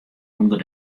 ûnder